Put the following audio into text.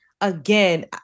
again